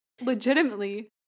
legitimately